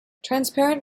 transparent